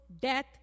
death